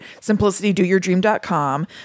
simplicitydoyourdream.com